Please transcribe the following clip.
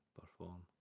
perform